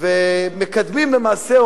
ומקדמים למעשה,